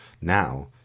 Now